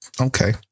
okay